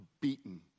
beaten